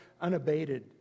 unabated